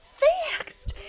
fixed